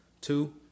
Two